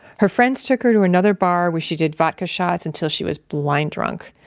her friends took her to another bar where she did vodka shots until she was blind drunk.